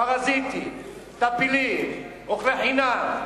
פרזיטים, טפילים, אוכלי חינם.